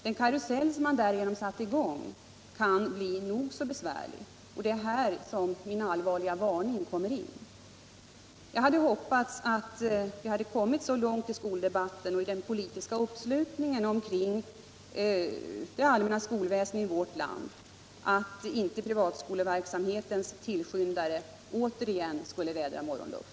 Den karusell som därigenom satts i gång kan bli nog så besvärlig, och det är här min allvarliga varning kommer in. Jag hade hoppats att vi hade kommit så långt i skoldebatten och i den politiska uppslutningen omkring det allmänna skolväsendet i vårt land att inte privatskoleverksamhetens tillskyndare återigen skulle vädra morgonluft.